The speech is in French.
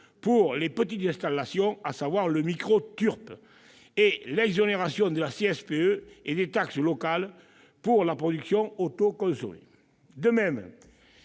pour les petites installations, à savoir le « micro-TURPE », et l'exonération de CSPE et des taxes locales pour la production autoconsommée. De même,